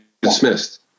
dismissed